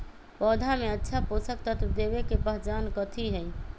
पौधा में अच्छा पोषक तत्व देवे के पहचान कथी हई?